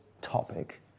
topic